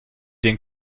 den